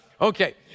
okay